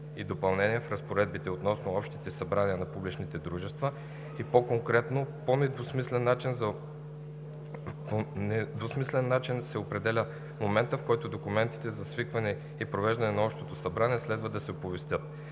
и допълнения в разпоредбите относно общите събрания на публичните дружества, и по-конкретно: по недвусмислен начин се определя моментът, в който документите за свикване и провеждане на общото събрание следва да се оповестят;